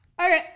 Okay